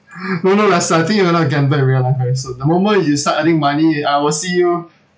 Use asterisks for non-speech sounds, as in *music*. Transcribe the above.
*breath* no no lester I think you will not gamble anytime soon the moment you start earning money I will see you